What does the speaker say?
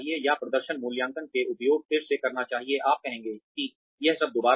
या प्रदर्शन मूल्यांकन के उपयोग फिर से करना चाहिए आप कहेंगे कि यह सब दोहरा है